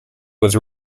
was